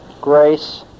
grace